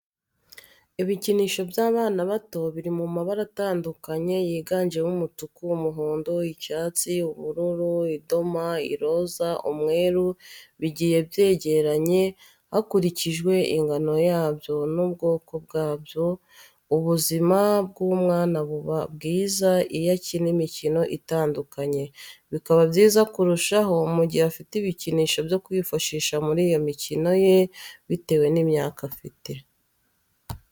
Ibikinisho by'abana bato biri mu mabara atandukanye yiganjemo umutuku, umuhondo, icyatsi ,ubururu , idoma , iroza, umweru, bigiye byegeranye hakurikijwe ingano yabyo n'ubwokobwabyo ubuzima bw'umwana buba bwiza iyo akina imikino itandukanye, bikaba byiza kurushaho mu gihe afite ibikinisho byo kwifashisha muri iyo mikino ye bitewe n'imyaka afite.